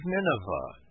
Nineveh